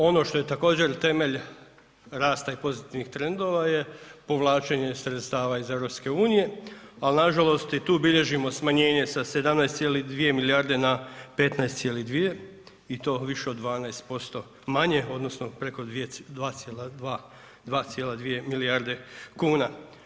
Ono što je također temelj rasta i pozitivnih trendova je povlačenje sredstava iz EU-a ali nažalost i tu bilježimo smanjenje sa 17,2 na 15,2 i to više od 12% manje odnosno preko 2,2 milijarde kuna.